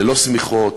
ללא שמיכות,